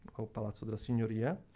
called palazza della signoria.